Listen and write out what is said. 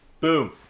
Boom